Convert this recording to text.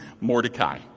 Mordecai